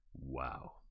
Wow